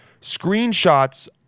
screenshots